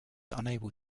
unable